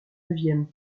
neuvième